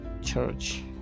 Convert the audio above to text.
church